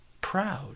proud